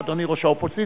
אדוני ראש האופוזיציה,